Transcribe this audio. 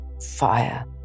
fire